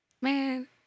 Man